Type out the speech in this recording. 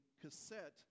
cassette